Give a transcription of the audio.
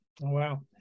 Wow